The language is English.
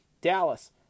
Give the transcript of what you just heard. Dallas